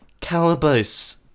Calabos